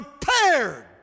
prepared